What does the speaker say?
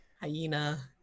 hyena